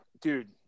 Dude